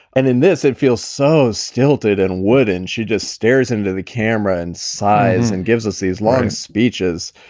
and in this it feels so stilted and wooden. she just stares into the camera and sighs and gives us these long speeches.